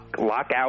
Lockout